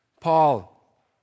Paul